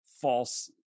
false